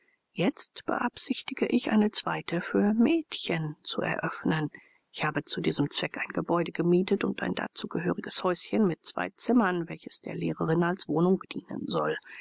jetzt beabsichtige ich eine zweite für mädchen zu eröffnen ich habe zu diesem zweck ein gebäude gemietet und ein dazu gehöriges häuschen mit zwei zimmern welches der lehrerin als wohnung dienen soll